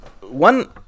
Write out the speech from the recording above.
one